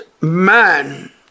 man